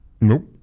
Nope